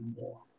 more